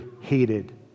hated